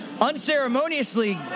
unceremoniously